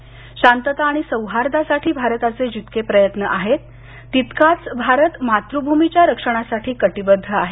शांतता आणि सौहार्दासाठी भारताचे जितके प्रयत्न आहेत तितकाच भारत मातृभूमीच्या रक्षणासाठी कटिबद्ध आहे